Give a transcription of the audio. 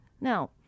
Now